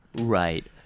Right